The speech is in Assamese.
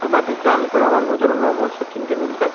সৰ্বাধিক ৰাণ কৰা মানুহজনৰ নাম হ'ল শচীন তেণ্ডুলকাৰ